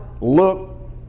look